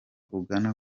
ugana